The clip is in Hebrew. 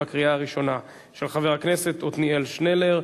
של חבר הכנסת עתניאל שנלר,